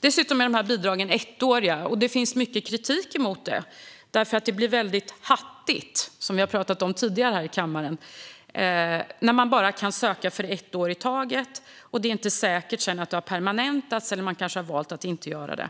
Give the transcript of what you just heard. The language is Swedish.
Dessutom är bidragen ettåriga, och det finns mycket kritik emot det. Det blir mycket hattigt när man bara kan söka för ett år i taget, som vi har talat om här i kammaren, och det är heller inte säkert att det permanentas, eller man kanske har valt att inte göra det.